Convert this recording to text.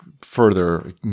further